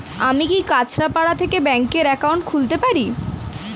আমি কি কাছরাপাড়া থেকে ব্যাংকের একাউন্ট খুলতে পারি?